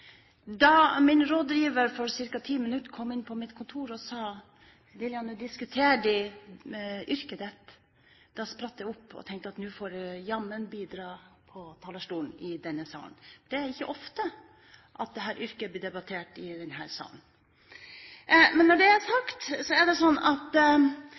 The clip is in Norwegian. Da min rådgiver for ca. 10 minutter siden kom inn på mitt kontor og sa: Lillian, nå diskuterer de yrket ditt, spratt jeg opp og tenkte at nå får jeg jammen bidra fra talerstolen i denne sal. Det er ikke ofte at dette yrket blir debattert her i salen. Men når det er sagt, er det sånn at